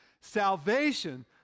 salvation